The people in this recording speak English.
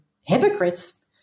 hypocrites